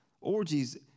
orgies